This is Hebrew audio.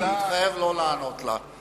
אני מתחייב לא לענות לה.